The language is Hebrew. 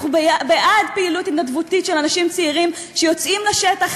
אנחנו בעד פעילות התנדבותית של אנשים צעירים שיוצאים לשטח,